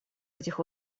этих